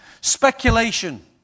Speculation